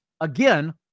again